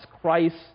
Christ